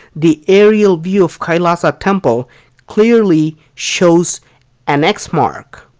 the aerial view of kailasa temple clearly shows an x mark.